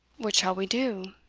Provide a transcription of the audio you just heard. what shall we do?